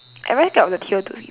I always got the